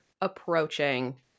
approaching